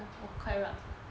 !wah! quite rabz eh